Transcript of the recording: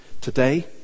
today